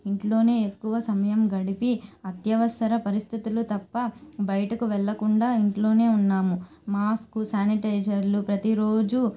ఇంట్లోనే ఎక్కువ సమయం గడిపి అత్యవసర పరిస్థితులు తప్ప బయటకు వెళ్ళకుండా ఇంట్లోనే ఉన్నాము మాస్కు శానిటైజర్లు ప్రతిరోజు